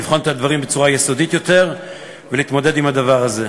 לבחון את הדברים בצורה יסודית יותר ולהתמודד עם הדבר הזה.